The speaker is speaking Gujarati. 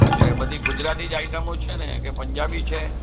હા તો એ બધી ગુજરાતી જ આઇટમો છે ને કે પંજાબી છે